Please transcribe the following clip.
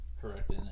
Correct